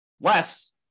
Less